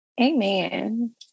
Amen